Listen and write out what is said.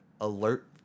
alert